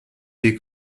des